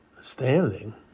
standing